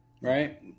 right